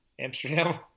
Amsterdam